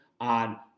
on